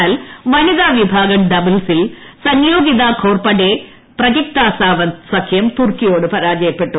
എന്നാൽ വനിതാ വിഭാഗം ഡബിൾസിൽ സന്യോഗിത ഘോർപടെ പ്രജക്ത സാവന്ത് സഖ്യം തുർക്കിയോട് പരാജയപ്പെട്ടു